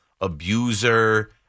abuser